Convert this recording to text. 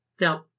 No